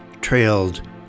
trailed